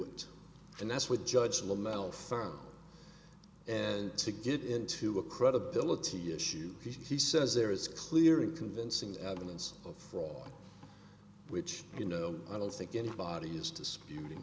it and that's what judge lamell found and to get into a credibility issue he says there is clear and convincing evidence of fraud which you know i don't think anybody is disputing